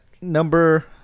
number